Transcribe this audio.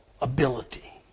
ability